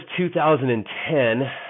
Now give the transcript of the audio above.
2010